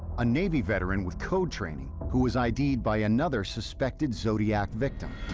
a navy veteran with code training who was id'd by another suspected zodiac victim?